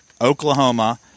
Oklahoma